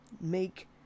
make